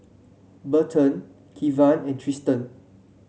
Burton Kevan and Triston